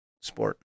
sport